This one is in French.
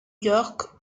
york